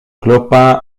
clopin